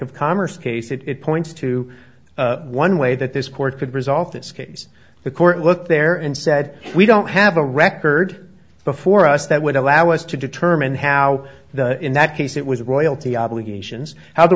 commerce case it points to one way that this court could result this case the court look there and said we don't have a record before us that would allow us to determine how the in that case it was royalty obligations how the